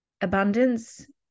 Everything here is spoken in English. abundance